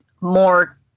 more